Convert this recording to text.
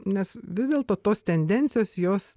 nes vis dėlto tos tendencijos jos